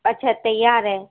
اچھا تیار ہے